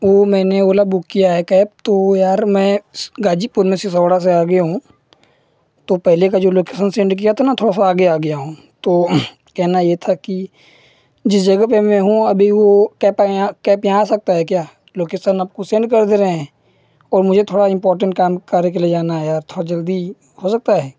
वो मैंने ओला बूक किया है कैब तो यार मैं गाजीपुर में सिसौरा से आगे हूँ तो पहले का जो लोकेसन सेन्ड किया था न थोड़ा सा आगे आ गया हूँ तो कहना यह था कि जिस जगह पर मैं हूँ अभी वह कैप यहाँ कैप यहाँ आ सकता है क्या लोकेसन आपको सेन्ड कर दे रहे हैं और मुझे थोड़ा इम्पॉर्टेन्ट काम कार्य के लिए जाना है यार थोड़ा जल्दी हो सकता है